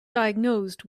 diagnosed